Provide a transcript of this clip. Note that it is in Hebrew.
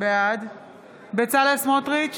בעד בצלאל סמוטריץ'